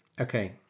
Okay